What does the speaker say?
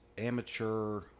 amateur